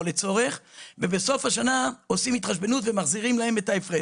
לצורך ובסוף השנה עושים התחשבנות ומחזירים להם את ההחזר.